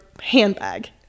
handbag